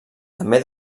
també